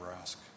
ask